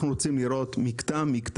אנחנו רוצים לראות מקטע-מקטע,